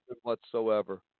whatsoever